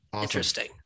Interesting